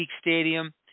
stadium